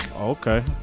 okay